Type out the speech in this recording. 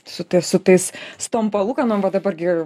su tais su tais su tom palūkanom va dabar gi